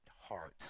heart